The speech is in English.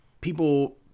people